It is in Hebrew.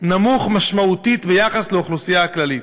נמוך משמעותית ביחס לאוכלוסייה הכללית,